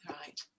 Right